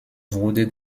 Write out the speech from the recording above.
wurde